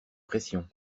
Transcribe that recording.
pression